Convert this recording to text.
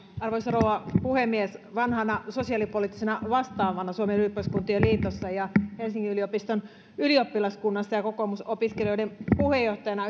arvoisa rouva puhemies vanhana sosiaalipoliittisena vastaavana suomen ylioppilaskuntien liitossa ja helsingin yliopiston ylioppilaskunnassa ja kokoomusopiskelijoiden puheenjohtajana